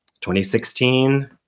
2016